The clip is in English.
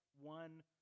one